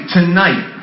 tonight